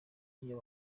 iyo